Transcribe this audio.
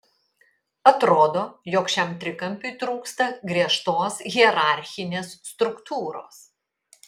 atrodo jog šiam trikampiui trūksta griežtos hierarchinės struktūros